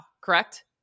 correct